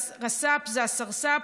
זה הרס"פ, זה הסרס"פ.